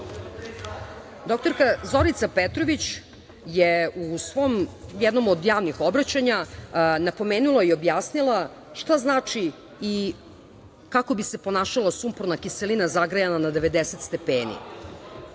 Srbije. Doktorka Zorica Petrović je u jednom od javnih obraćanja napomenula i objasnila šta znači i kako bi se ponašala sumporna kiselina zagrejana na 90 stepeni.